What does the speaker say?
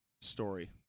story